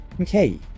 okay